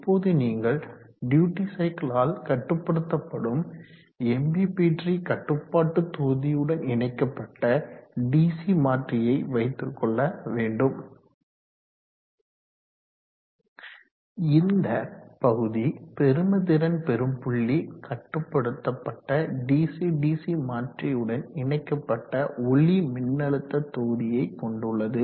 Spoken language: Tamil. இப்போது நீங்கள் டியூட்டி சைக்கிளால் கட்டுப்படுத்தப்படும் எம்பிபிற்றி கட்டுப்பாட்டு தொகுதியுடன் இணைக்கப்பட்ட டிசி மாற்றியை வைத்து கொள்ள வேண்டும் இந்த பகுதி பெரும திறன் பெறும் புள்ளி கட்டுப்படுத்தப்பட்ட டிசி டிசி மாற்றியுடன் இணைக்கப்பட்ட ஒளிமின்னழுத்த தொகுதியை கொண்டுள்ளது